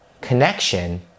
connection